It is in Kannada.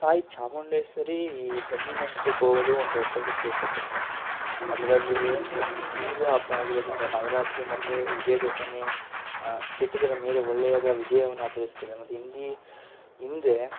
ತಾಯಿ ಚಾಮುಂಡೇಶ್ವರಿ ಈ ಬನ್ನಿಮಂಟಪಕ್ಕೆ ಹೋಗೋದೇ ಒಂದು ದೊಡ್ಡ ವಿಶೇಷತೆ ಅದ್ರಲ್ಲೂ ಹಿಂದೂ ಹಬ್ಬ ಆಗಿರೋದರಿಂದ ನವರಾತ್ರಿ ಮತ್ತು ವಿಜಯ ದಶಮಿ ಕೆಟ್ಟದ್ದರ ಮೇಲೆ ಒಳ್ಳೆಯದು ವಿಜಯವನ್ನು ಆಚರಿಸುತ್ತದೆ ಮತ್ತು ಹಿಂದೆ ಹಿಂದೆ